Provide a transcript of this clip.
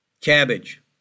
cabbage